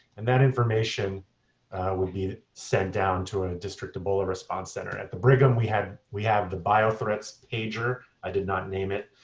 and that information would be sent down to a district ebola response center at the brigham. we have we have the biothreats pager. i did not name it.